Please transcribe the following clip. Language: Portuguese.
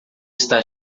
está